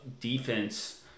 defense